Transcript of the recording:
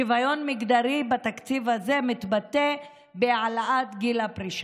שוויון מגדרי בתקציב הזה מתבטא בהעלאת גיל הפרישה.